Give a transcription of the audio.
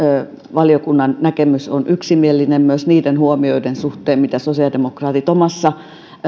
valiokunnan näkemys on yksimielinen myös niiden huomioiden suhteen mitä sosiaalidemokraatit omassa